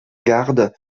garde